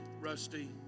rusty